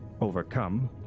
overcome